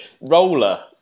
roller